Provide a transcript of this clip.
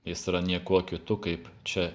jis yra niekuo kitu kaip čia